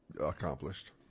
accomplished